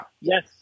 Yes